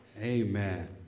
Amen